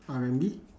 R and B